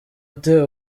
ute